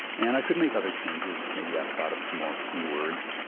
and i could make other changes. maybe i've thought of some more keywords.